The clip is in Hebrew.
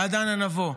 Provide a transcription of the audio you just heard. עד אנה נבוא?